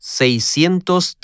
seiscientos